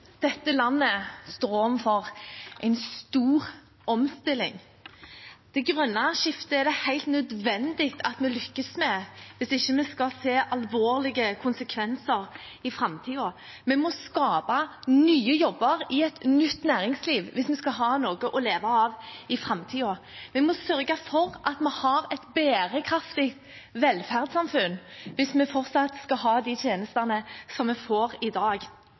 det grønne skiftet hvis vi ikke skal se alvorlige konsekvenser i framtiden. Vi må skape nye jobber i et nytt næringsliv hvis vi skal ha noe å leve av i framtiden. Vi må sørge for at vi har et bærekraftig velferdssamfunn hvis vi fortsatt skal ha de tjenestene som vi har i dag.